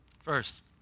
First